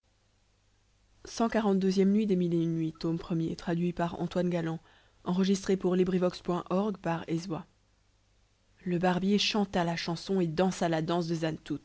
le barbier chanta la chanson et dansa la danse de